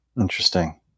Interesting